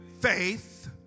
faith